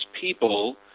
people